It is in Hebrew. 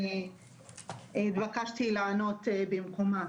התבקשתי לענות במקומה.